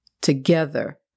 together